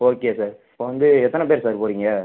okay sir இப்போ வந்து எத்தனை பேர் சார் போகிறீங்க